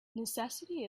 necessity